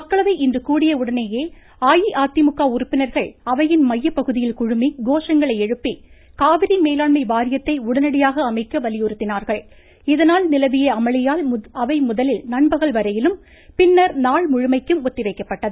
மக்களவை இன்று கூடிய உடனேயே அஇஅதிமுக உறுப்பினர்கள் அவையின் மைய பகுதியில் குழுமி கோஷங்களை எழுப்பி காவிரி மேலாண்மை வாரியத்தை உடனடியாக அமைக்க வலியுறுத்தினார்கள் இதனால் நிலவிய அமளியால் அவை முதலில் நண்பகல் வரையிலும் பினனர் நாள் முழுமைக்கும் ஒத்திவைக்கப்பட்டது